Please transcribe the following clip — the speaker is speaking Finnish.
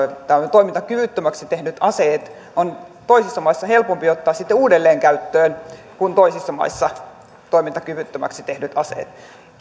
toimintakyvyttömäksi tehdyt aseet on toisissa maissa helpompi ottaa sitten uudelleen käyttöön kuin toisissa maissa toimintakyvyttömäksi tehdyt aseet